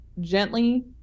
gently